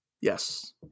Yes